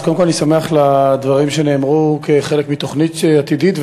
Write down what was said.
אז קודם כול אני שמח על הדברים שנאמרו כחלק מתוכנית עתידית,